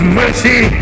mercy